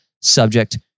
subject